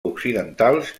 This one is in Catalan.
occidentals